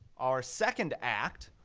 our second act